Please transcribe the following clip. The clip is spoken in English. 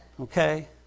Okay